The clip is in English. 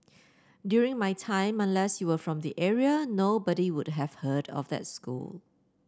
during my time unless you were from the area nobody would have heard of that school